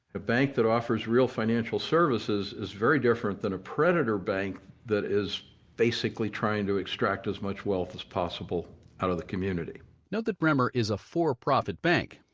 a bank that offers real financial services is very different than a predator bank that is basically trying to extract as much wealth as possible out of the community note that bremer is a for-profit bank.